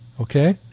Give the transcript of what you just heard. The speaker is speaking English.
okay